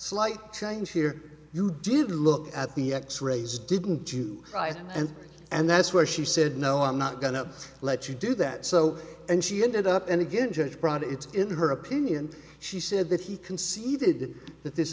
slight change here you did look at the x rays didn't you right and and that's where she said no i'm not going to let you do that so and she ended up in a good judge brought it in her opinion she said that he conceded that this